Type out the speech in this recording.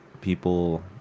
people